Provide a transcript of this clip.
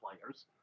players